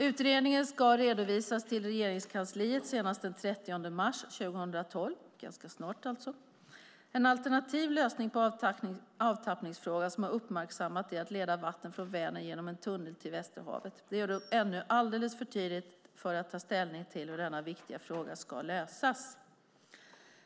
Utredningen ska redovisas till Regeringskansliet senast den 30 mars 2012, ganska snart alltså. En alternativ lösning på avtappningsfrågan som har uppmärksammats är att leda vatten från Vänern genom en tunnel till Västerhavet. Det är dock ännu alldeles för tidigt att ta ställning till hur denna viktiga fråga ska lösas.